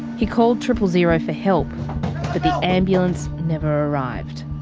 he called triple-zero for help but the ambulance never arrived.